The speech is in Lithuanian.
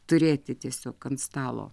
turėti tiesiog ant stalo